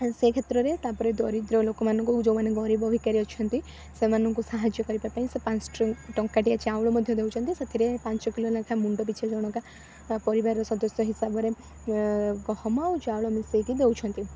ସେ କ୍ଷେତ୍ରରେ ତାପରେ ଦରିଦ୍ର ଲୋକମାନଙ୍କୁ ଯେଉଁମାନେ ଗରିବ ଭିକାରୀ ଅଛନ୍ତି ସେମାନଙ୍କୁ ସାହାଯ୍ୟ କରିବା ପାଇଁ ସେ ଟଙ୍କାଟିଆ ଚାଉଳ ମଧ୍ୟ ଦେଉଛନ୍ତି ସେଥିରେ ପାଞ୍ଚ କିଲୋ ଲେଖା ମୁଣ୍ଡପିଛା ଜଣକା ବା ପରିବାରର ସଦସ୍ୟ ହିସାବରେ ଗହମ ଆଉ ଚାଉଳ ମିଶେଇକି ଦେଉଛନ୍ତି